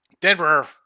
Denver